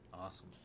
awesome